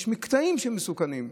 יש מקטעים שהם מסוכנים,